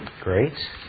Great